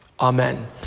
amen